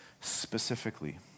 specifically